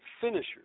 finishers